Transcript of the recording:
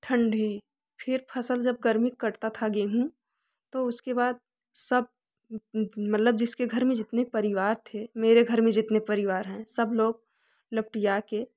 ठंडी फिर फसल जब गर्मी का कटता था गेहूँ तो उसके बाद सब मतलब जिसके घर में जितने परिवार थे मेरे घर में जितने परिवार हैं सब लोग लपटिया के